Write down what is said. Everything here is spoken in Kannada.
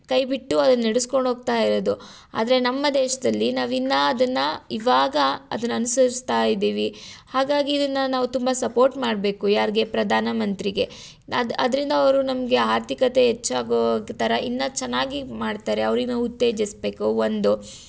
ಕೈ ಬಿಟ್ಟು ಅದನ್ನು ನಡೆಸ್ಕೊಂಡ್ ಹೋಗ್ತಾಯಿರೋದು ಆದರೆ ನಮ್ಮ ದೇಶದಲ್ಲಿ ನಾವಿನ್ನೂ ಅದನ್ನು ಇವಾಗ ಅದನ್ನು ಅನುಸರಿಸ್ತಾ ಇದ್ದೀವಿ ಹಾಗಾಗಿ ಇದನ್ನು ನಾವು ತುಂಬ ಸಪೋರ್ಟ್ ಮಾಡಬೇಕು ಯಾರಿಗೆ ಪ್ರಧಾನಮಂತ್ರಿಗೆ ಅದು ಅದರಿಂದ ಅವರು ನಮಗೆ ಆರ್ಥಿಕತೆ ಹೆಚ್ಚಾಗೋ ಥರ ಇನ್ನೂ ಚೆನ್ನಾಗಿ ಮಾಡ್ತಾರೆ ಅವ್ರಿಗೆ ನಾವು ಉತ್ತೇಜಿಸ್ಬೇಕು ಒಂದು